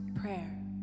prayer